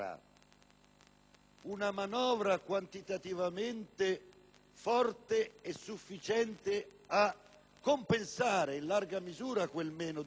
una manovra quantitativamente forte e sufficiente a compensare in larga misura quel meno 2